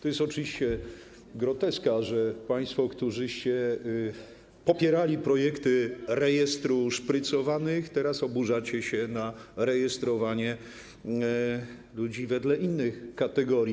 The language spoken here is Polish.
To jest oczywiście groteska, że państwo, którzy popieraliście projekty rejestru szprycowanych, teraz oburzacie się na rejestrowanie ludzi wedle innych kategorii.